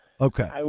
okay